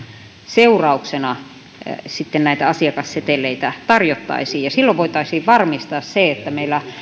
seurauksena näitä asiakasseteleitä tarjottaisiin ja silloin voitaisiin varmistaa se että meillä